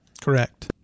Correct